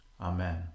Amen